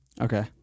Okay